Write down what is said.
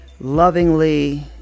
lovingly